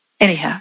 Anyhow